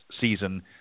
season